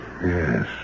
yes